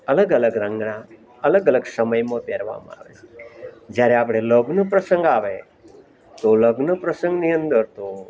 અલગ અલગ રંગના અલગ અલગ સમયમાં પહેરવામાં આવે જ્યારે આપણે લગ્ન પ્રસંગ આવે તો લગ્ન પ્રસંગની અંદર તો